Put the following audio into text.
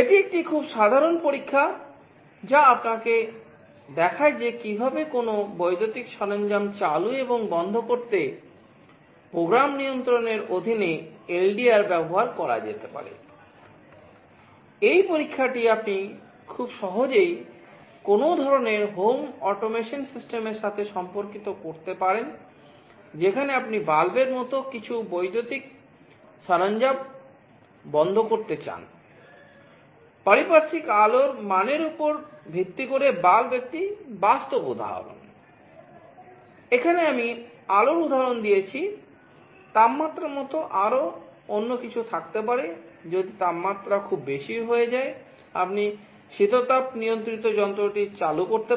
এটি একটি খুব সাধারণ পরীক্ষা যা আপনাকে দেখায় যে কীভাবে কোনও বৈদ্যুতিক সরঞ্জাম চালু এবং বন্ধ করতে প্রোগ্রাম নিয়ন্ত্রণের অধীনে এলডিআর চালু করতে